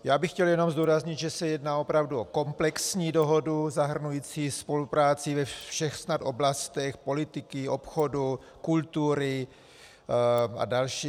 Já bych chtěl jenom zdůraznit, že se jedná opravdu o komplexní dohodu zahrnující spolupráci ve všech snad oblastech politiky, obchodu, kultury a dalších.